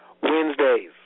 Wednesdays